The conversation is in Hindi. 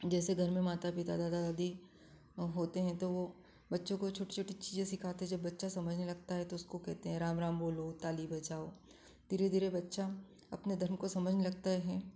जैसे घर में माता पिता दादा दादी होते हैं तो वो बच्चों को छोटी छोटी चीजें सिखाते हैं जब बच्चा समझने लगता है तो उसको कहते हैं राम राम बोलो ताली बजाओ धीरे धीरे बच्चा अपने धर्म को समझने लगता है